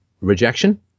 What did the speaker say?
rejection